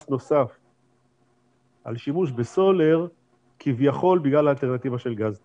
נוסף על שימוש בסולר כביכול בגלל האלטרנטיבה של גז טבעי.